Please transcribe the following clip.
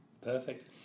Perfect